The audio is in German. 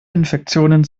infektionen